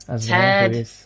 Ted